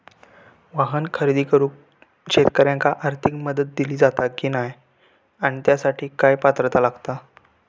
वाहन खरेदी करूक शेतकऱ्यांका आर्थिक मदत दिली जाता की नाय आणि त्यासाठी काय पात्रता लागता?